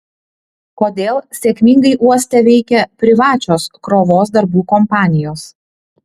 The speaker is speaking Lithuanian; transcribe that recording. kodėl sėkmingai uoste veikia privačios krovos darbų kompanijos